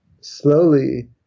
slowly